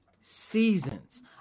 seasons